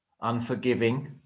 unforgiving